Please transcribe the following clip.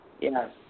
Yes